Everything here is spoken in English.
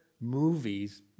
movies